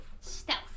Stealth